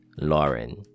Lauren